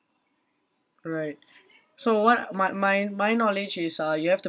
right so what my my my knowledge is uh you have to